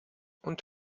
und